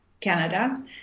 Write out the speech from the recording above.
Canada